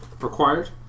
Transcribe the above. required